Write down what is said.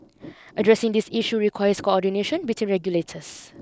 addressing these issue requires coordination between regulators